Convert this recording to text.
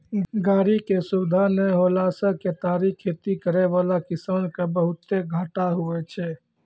गाड़ी के सुविधा नै होला से केतारी खेती करै वाला किसान के बहुते घाटा हुवै छै